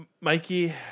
Mikey